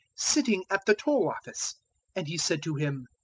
sitting at the toll office and he said to him,